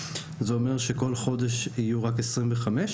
זה אומר שכל חודש יהיו רק 25?